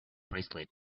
bracelet